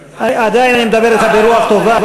עדיין אני מדבר אתך ברוח טובה,